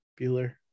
Bueller